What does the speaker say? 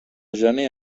gener